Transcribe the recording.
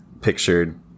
pictured